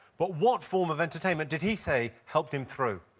but what form of entertainment did he say helped him through?